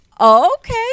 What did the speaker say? okay